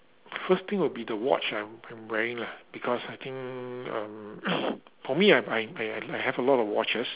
first thing would be the watch lah I'm wearing lah because I think um for me I I I have a lot of watches